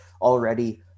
already